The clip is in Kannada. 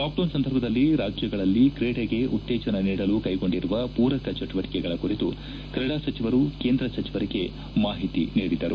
ಲಾಕ್ ಡೌನ್ ಸಂದರ್ಭದಲ್ಲಿ ರಾಜ್ಯಗಳಲ್ಲಿ ತ್ರೀಡೆಗೆ ಉತ್ತೇಜನ ನೀಡಲು ಕೈಗೊಂಡಿರುವ ಪೂರಕ ಚಟುವಟಿಕೆಗಳ ಕುರಿತು ಕ್ರೀಡಾ ಸಚಿವರು ಕೇಂದ್ರ ಸಚಿವರಿಗೆ ಮಾಹಿತಿ ನೀಡಿದರು